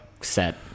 set